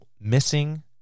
missing